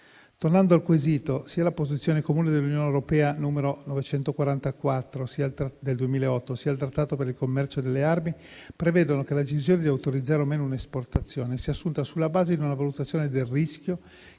Tornando al quesito, sia la posizione comune dell'Unione europea n. 944 del 2008, sia il Trattato per il commercio delle armi prevedono che la decisione di autorizzare o meno un'esportazione sia assunta sulla base di una valutazione del rischio